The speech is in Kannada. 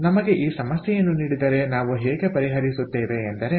ಆದ್ದರಿಂದ ನಮಗೆ ಈ ಸಮಸ್ಯೆಯನ್ನು ನೀಡಿದರೆ ನಾವು ಹೇಗೆ ಪರಿಹರಿಸುತ್ತೇವೆ ಎಂದರೆ